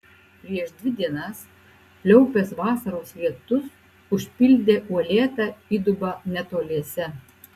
prieš dvi dienas pliaupęs vasaros lietus užpildė uolėtą įdubą netoliese